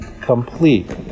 complete